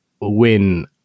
win